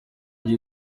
gihe